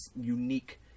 unique